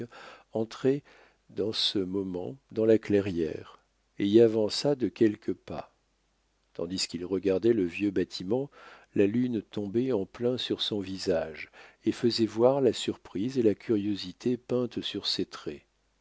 entrait dans ce moment dans la clairière et y avança de quelques pas tandis qu'il regardait le vieux bâtiment la lune tombait en plein sur son visage et faisait voir la surprise et la curiosité peintes sur ses traits